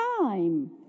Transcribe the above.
time